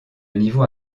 niveau